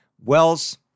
Wells